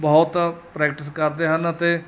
ਬਹੁਤ ਪ੍ਰੈਕਟਿਸ ਕਰਦੇ ਹਨ ਅਤੇ